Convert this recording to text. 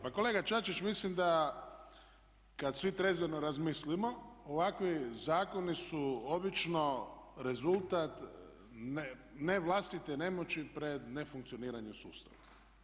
Pa kolega Čačić mislim da kad svi trezveno razmislimo ovakvi zakoni su obično rezultat ne vlastite nemoći pred nefunkcioniranjem sustava.